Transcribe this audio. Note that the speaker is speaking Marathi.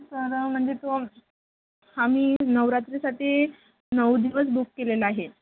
तर म्हणजे तो आम्ही नवरात्रीसाठी नऊ दिवस बुक केलेला आहे